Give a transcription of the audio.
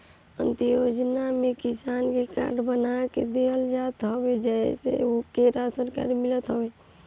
अन्त्योदय योजना में किसान के कार्ड बना के देहल जात हवे जेसे ओके राशन मिलत हवे